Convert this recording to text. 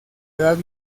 edad